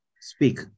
Speak